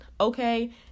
Okay